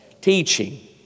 teaching